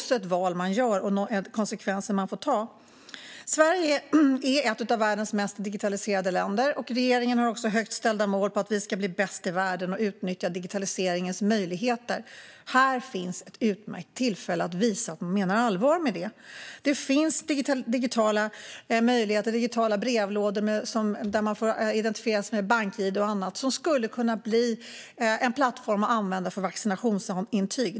Sverige är ett av världens mest digitaliserade länder. Regeringen har också högt ställda mål på att vi ska bli bäst i världen och utnyttja digitaliseringens möjligheter. Det här är ett utmärkt tillfälle att visa att man menar allvar. Det finns digitala brevlådor där man får identifiera sig med bank-id och annat, och det skulle kunna bli en plattform för vaccinationsintyg.